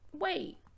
wait